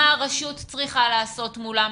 מה הרשות צריכה לעשות מולם.